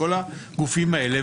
כל הגופים האלה,